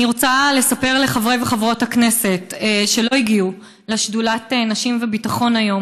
חברי וחברות הכנסת שלא הגיעו לשדולת נשים וביטחון היום,